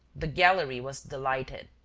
the gallery was delighted.